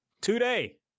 today